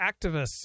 Activists